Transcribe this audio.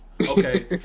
Okay